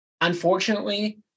unfortunately